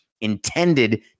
intended